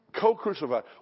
Co-crucified